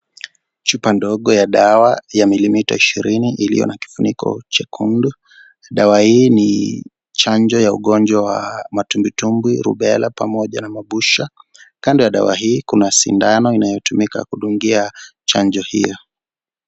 Chupa ndogo ya dawa ya milimita ishirini iliyo na kifuniko jekundu. Dawa hii ni chanjo ya ugonjwa wa mtumbwitumbwi, Rubella pamoja na mapusha. Kando ya dawa hii kuna sindano inayotumika kudungia chanjo hiyo.